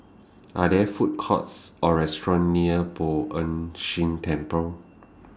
Are There Food Courts Or restaurants near Poh Ern Shih Temple